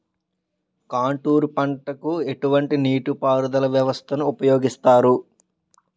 Contour పంటకు ఎటువంటి నీటిపారుదల వ్యవస్థను ఉపయోగిస్తారు?